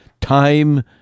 Time